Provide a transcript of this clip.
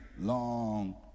long